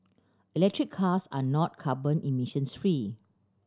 electric cars are not carbon emissions free